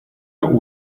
der